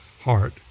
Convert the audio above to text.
heart